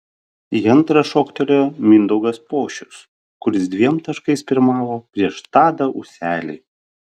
į antrą šoktelėjo mindaugas pošius kuris dviem taškais pirmavo prieš tadą ūselį